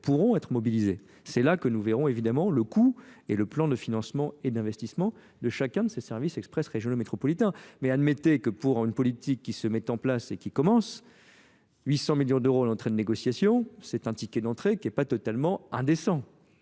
pourront être mobilisées c'est là que nous verrons évidemment le coût et le plan de financement et d'investissement de chacun de ces services express régions métropolitains mais admettez que pour une politique qui se met en place et qui commence huit cents millions d'euros en train de négociation c'est un ticket d'entrée qui est pas totalement indécent